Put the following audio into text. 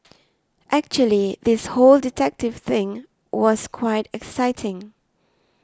actually this whole detective thing was quite exciting